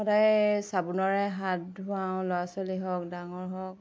সদায় চাবোনেৰে হাত ধুৱাওঁ ল'ৰা ছোৱালী হওক ডাঙৰ হওক